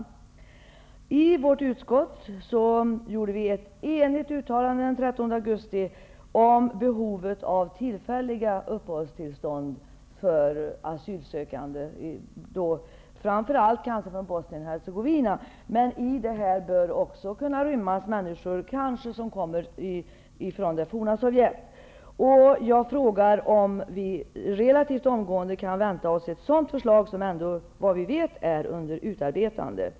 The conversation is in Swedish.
Socialförsäkringsutskottet gjorde ett enigt uttalande den 13 augusti om behovet av tillfälliga uppehållstillstånd för asylsökande framför allt från Bosnien-Hercegovina. Men detta bör även kunna gälla människor som kommer från det forna Sovjetunionen. Jag undrar om vi relativt omgående kan vänta oss ett sådant förslag, som såvitt vi vet är under utarbetande?